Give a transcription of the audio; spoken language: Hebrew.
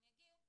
הם יגיעו.